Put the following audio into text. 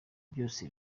byose